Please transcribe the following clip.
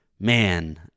man